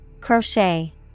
Crochet